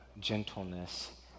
gentleness